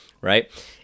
right